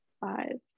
five